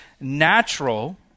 natural